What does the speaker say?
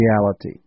reality